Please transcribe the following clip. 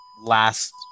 last